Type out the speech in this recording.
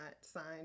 signed